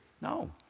No